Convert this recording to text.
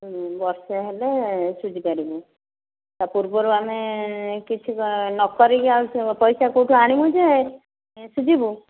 ବର୍ଷେ ହେଲେ ସୁଝିପାରିବୁ ତା ପୂର୍ବରୁ ଆମେ କିଛି ନ କରିକି ପଇସା କୋଉଠୁ ଆଣିବୁ ଯେ ଏଁ ସୁଝିବୁ